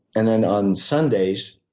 and then on sundays,